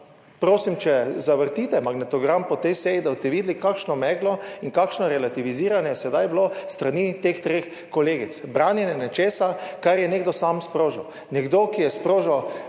prosim, če zavrtite magnetogram po tej seji, da boste videli kakšno meglo in kakšno relativiziranje sedaj bilo s strani teh treh kolegic. Branjenje nečesa kar je nekdo sam sprožil, nekdo, ki je sprožil